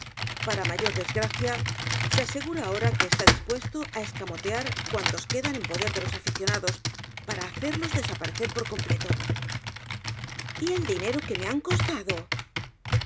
para mayor desgracia se asegura ahora que está dispuesto á escamotear cuantos quedan en poder de los aficionados para hacerlos desaparecer por completo y el dinero que me han costado